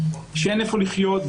שאין איפה לחיות,